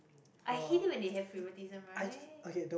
I hate it when they have favouritism right